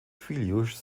filhos